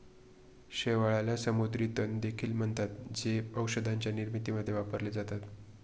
शेवाळाला समुद्री तण देखील म्हणतात, जे औषधांच्या निर्मितीमध्ये वापरले जातात